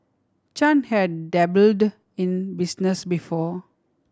Chan had dabbled in business before